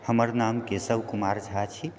हमर नाम केशव कुमार झा छी